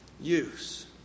use